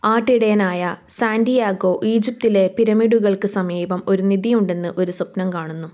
ആട്ടിടയനായ Santiago ഈജിപ്തിലെ പിരമിഡുകൾക്ക് സമീപം ഒരു നിധിയുണ്ടെന്ന് ഒരു സ്വപ്നം കാണുന്നു